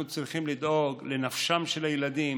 אנחנו צריכים לדאוג לנפשם של הילדים,